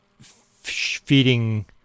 feeding